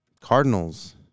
Cardinals